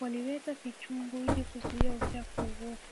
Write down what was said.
Waliweka kichumbuu ili kuzuia uchafu wote.